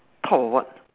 top of what